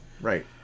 Right